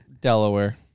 Delaware